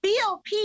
BOP